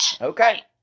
Okay